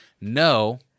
no